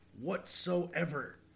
whatsoever